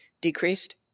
decreased